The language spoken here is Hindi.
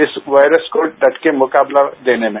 इस वायरस को डट का मुकाबला देने में